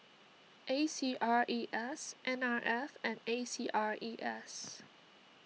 A C R E S N R F and A C R E S